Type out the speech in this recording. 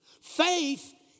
Faith